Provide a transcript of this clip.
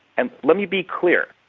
and let me be clear,